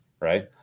right